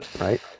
Right